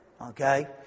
okay